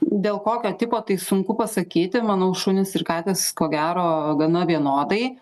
dėl kokio tipo tai sunku pasakyti manau šunys ir katės ko gero gana vienodai